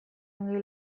ongi